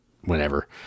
whenever